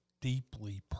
deeply